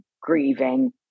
grieving